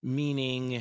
meaning